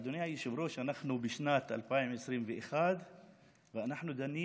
אדוני היושב-ראש, אנחנו בשנת 2021 ואנחנו דנים